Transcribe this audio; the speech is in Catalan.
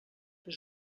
però